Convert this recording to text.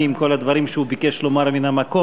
עם כל הדברים שהוא ביקש לומר מן המקום.